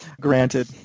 granted